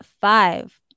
five